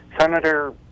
Senator